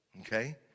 okay